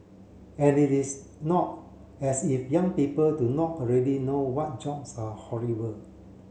and it is not as if young people do not already know what jobs are horrible